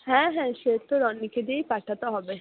হ্যাঁ হ্যাঁ সে তো রনিকে দিয়েই পাঠাতে হবে